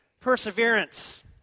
perseverance